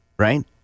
Right